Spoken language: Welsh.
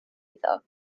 iddo